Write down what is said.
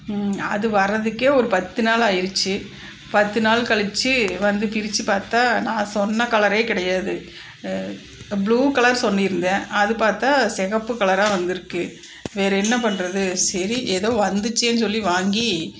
அது வரத்துக்கே ஒரு பத்து நாள் ஆயிடுச்சு பத்து நாள் கழிச்சு வந்து பிரிச்சு பார்த்தா நான் சொன்ன கலரே கிடையாது ப்ளூ கலர் சொல்லியிருந்தேன் அது பார்த்தா சிகப்பு கலராக வந்திருக்கு வேறு என்ன பண்றது சரி ஏதோ வந்துச்சேன்னு சொல்லி வாங்கி